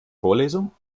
vorlesung